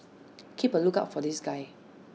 keep A lookout for this guy